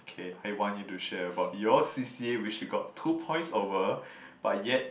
okay I want you to share about your c_c_a which you got two points over but yet